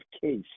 case